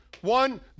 One